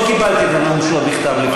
לא קיבלתי את הנאום שלו בכתב לפני זה.